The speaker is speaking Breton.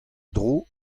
dro